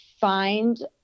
find